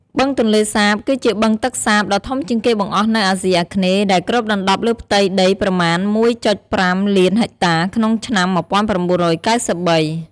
បឹងទន្លេសាប គឺជាបឹងទឹកសាបដ៏ធំជាងគេបង្អស់នៅអាស៊ីអាគ្នេយ៍ ដែលគ្របដណ្តប់លើផ្ទៃដីប្រមាណ ១,៥ លានហិកតាក្នុងឆ្នាំ ១៩៩៣។